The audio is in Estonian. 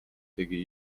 tegi